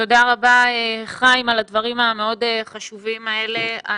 תודה רבה, חיים, על הדברים המאוד חשובים האלה.